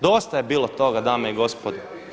Dosta je bilo toga dame i gospodo.